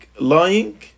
lying